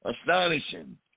astonishing